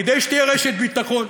כדי שתהיה רשת ביטחון.